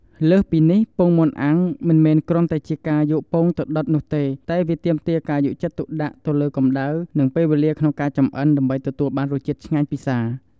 លើសពីនេះ ពងមាន់អាំង មិនមែនគ្រាន់តែជាការយកពងទៅដុតនោះទេ តែវាទាមទារការយកចិត្តទុកដាក់ទៅលើកម្តៅ និងពេលវេលាក្នុងការចម្អិន ដើម្បីទទួលបានរសជាតិឆ្ងាញ់ពិសារ។